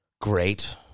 great